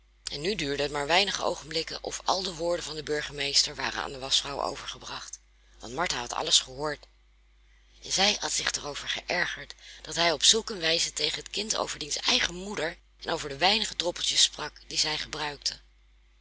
en nu duurde het maar weinige oogenblikken of al de woorden van den burgemeester waren aan de waschvrouw overgebracht want martha had alles gehoord en zij had er zich over geërgerd dat hij op zulk een wijze tegen het kind over diens eigen moeder en over de weinige droppeltjes sprak die zij gebruikte